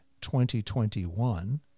2021